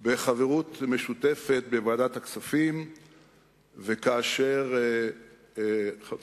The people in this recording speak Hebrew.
בחברות משותפת בוועדת הכספים וכאשר חבר